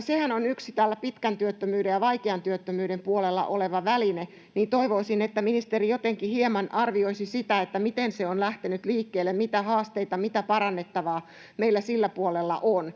Sehän on yksi pitkän työttömyyden ja vaikean työttömyyden puolella oleva väline, ja toivoisin, että ministeri jotenkin hieman arvioisi sitä, miten se on lähtenyt liikkeelle, mitä haasteita ja mitä parannettavaa meillä sillä puolella on.